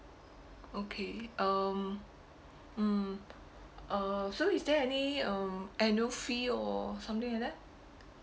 okay um mm uh so is there any um annual fee or something like that